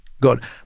God